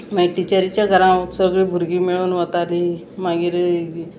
मागीर टिचरीच्या घरां सगळीं भुरगीं मेळून वतालीं मागीर